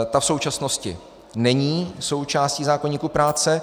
Ta v současnosti není součástí zákoníku práce.